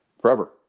forever